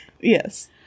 Yes